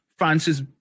Francis